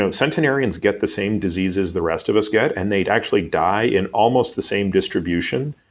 um centenarians get the same diseases the rest of us get, and they'd actually die in almost the same distribution,